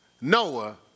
Noah